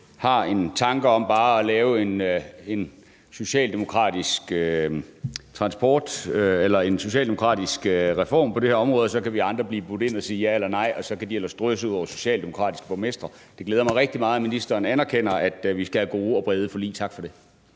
har en tanke om at lave en socialdemokratisk reform på det her område, og så kan vi andre blive budt ind og så sige ja eller nej, og så kan det ellers drysse ud over de socialdemokratiske borgmestre. Det glæder mig rigtig meget, at ministeren anerkender, at vi skal have gode og brede forlig. Tak for det.